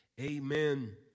Amen